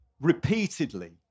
repeatedly